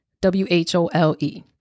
W-H-O-L-E